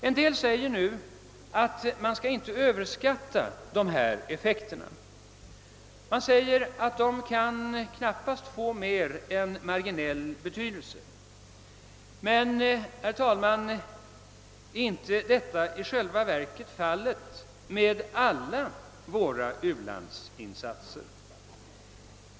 En del säger nu att man inte får överskatta dessa effekter. De säger att åtgärderna knappast får mer än marginell betydelse. Men, herr talman, är inte detta i själva verket fallet med alla våra u-landsinsatser?